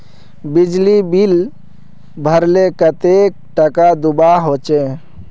बिजली बिल भरले कतेक टाका दूबा होचे?